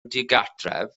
digartref